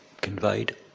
conveyed